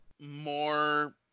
more